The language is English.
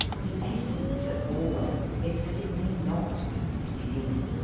the essence of war-work is that it may not be fitted in.